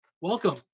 Welcome